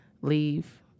leave